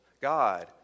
God